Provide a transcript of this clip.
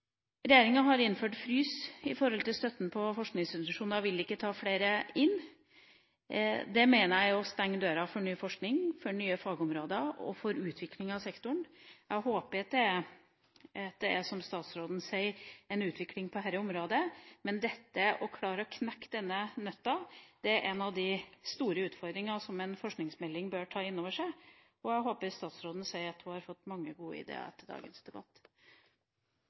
Regjeringa har innført frys med hensyn til støtten til forskningsinstitusjoner og vil ikke ta flere inn. Det mener jeg er å stenge døra for ny forskning, for nye fagområder og for utvikling av sektoren. Jeg håper at det, som statsråden sier, er en utvikling på dette området. Men dette med å klare å knekke denne nøtta er en av de store utfordringene som en forskningsmelding bør ta inn over seg, og jeg håper statsråden sier at hun har fått mange gode ideer etter dagens debatt.